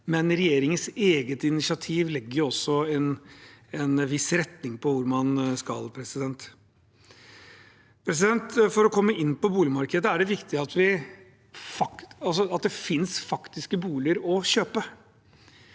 men regjeringens eget initiativ setter jo en viss retning for hvor man skal. For å komme inn på boligmarkedet er det viktig at det finnes boliger å kjøpe.